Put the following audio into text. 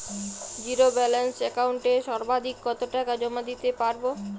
Zero balance একাউন্টে সর্বাধিক কত টাকা জমা দিতে পারব?